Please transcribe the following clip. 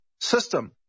system